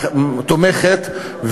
תומכת,